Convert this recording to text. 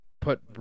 put